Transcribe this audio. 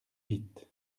vite